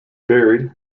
buried